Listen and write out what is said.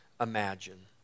imagine